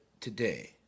today